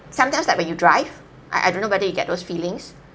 sometimes like when you drive I I don't know whether you get those feelings